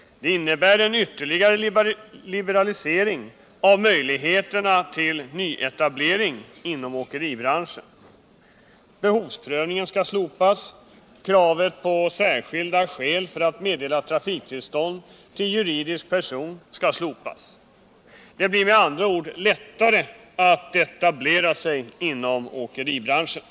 Det innebär en ytterligare liberalisering av möjligheterna till nyetablering inom åkeribranschen. Behovsprövningen skall slopas. Kravet på särskilda skäl för att meddela trafiktillstånd till juridisk person skall slopas. Det blir med andra ord lättare att etablera sig inom åkeribranschen.